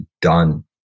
done